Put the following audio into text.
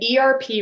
ERP